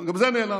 גם זה נעלם.